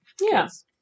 Yes